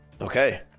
Okay